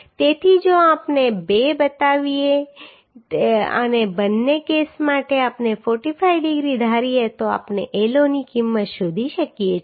તેથી જો આપણે બે બતાવીએ અને બંને કેસ માટે આપણે 45 ડિગ્રી ધારીએ તો આપણે L0 ની કિંમત શોધી શકીએ છીએ